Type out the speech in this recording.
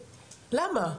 למה?